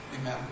amen